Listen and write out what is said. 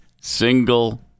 single